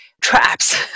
traps